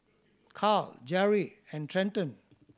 Karl Jeri and Trenton